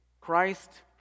Christ